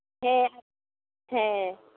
ᱦᱮᱸ ᱦᱮᱸ